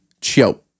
Chill